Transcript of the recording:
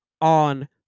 on